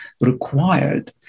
required